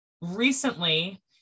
recently